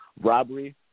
robbery